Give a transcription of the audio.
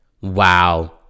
wow